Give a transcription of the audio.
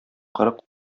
кырык